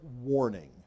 warning